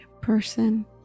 person